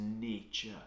nature